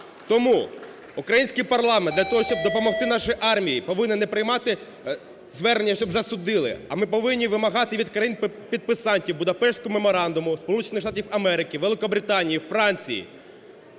Тому український парламент для того, щоб допомогти нашій армії повинен не приймати звернення, щоб засудили, а ми повинні вимагати від країн-підписантів Будапештського меморандуму – Сполучених Штатів